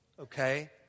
okay